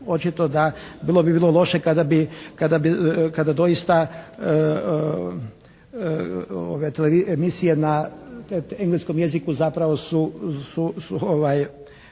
Očito da bilo bi vrlo loše kada bi, kada doista emisije na engleskom jeziku zapravo su